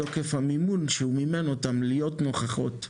מתוקף המימון שהוא מימן אותן, להיות נוכחות.